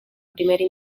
primera